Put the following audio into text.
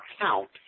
count